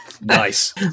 nice